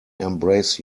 embrace